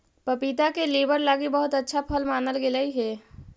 पपीता के लीवर लागी बहुत अच्छा फल मानल गेलई हे